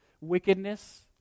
Wickedness